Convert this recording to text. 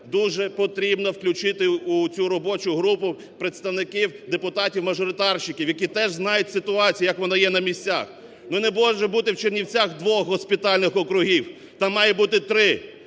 дуже потрібно включити у цю робочу групу представників депутатів-мажоритарщиків, які теж знають ситуацію, як воно є на місцях. Ну не може бути в Чернівцях двох госпітальних округів, там має бути три,